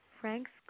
Frank's